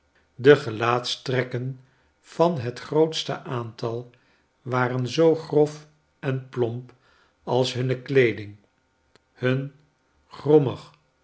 de gelaatstrekken van het grootste aantal waren zoo grof en plomp als hunne kleeding hun grommig